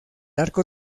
arco